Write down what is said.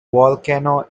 volcano